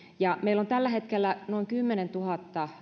ja meillä on tällä hetkellä noin kymmenentuhannen